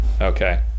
Okay